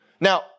Now